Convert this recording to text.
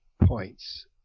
points